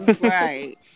Right